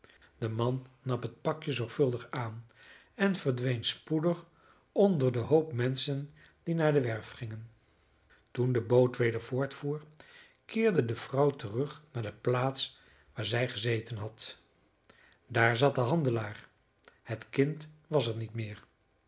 de man nam het pakje zorgvuldig aan en verdween spoedig onder den hoop menschen die naar de werf gingen toen de boot weder voortvoer keerde de vrouw terug naar de plaats waar zij gezeten had daar zat de handelaar het kind was er niet meer